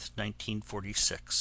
1946